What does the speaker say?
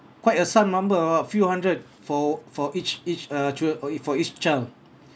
quite a sum number uh few hundred for for each each uh childre~ uh e~ for each child